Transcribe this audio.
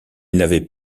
n’avait